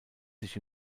sich